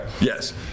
Yes